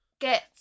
Get